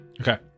Okay